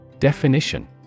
Definition